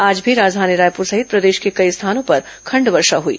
आज भी राजधानी रायपुर सहित प्रदेश के कई स्थानों पर खंड वर्षा हई